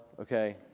okay